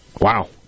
Wow